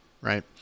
right